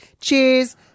Cheers